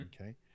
okay